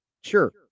Sure